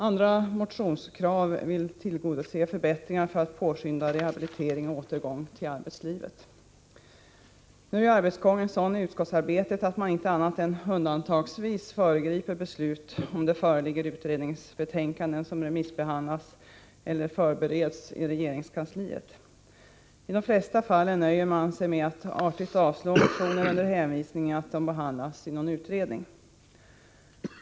Andra motionskrav vill tillgodose förbättringar för att påskynda rehabilitering och återgång till arbetslivet. Nu är ju arbetsgången sådan i utskottsarbetet att man inte annat än undantagsvis föregriper beslut, om det föreligger utredningsbetänkanden som remissbehandlas eller som bereds i regeringskansliet. I de flesta fallen nöjer man sig med att artigt avstyrka motioner under hänvisning till att de behandlas i någon utredning.